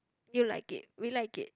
you like it we like it